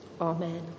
Amen